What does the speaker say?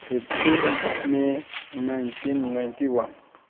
fifteen may nineteen ninety one